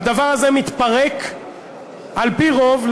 הדבר הזה מתפרק על-פי רוב,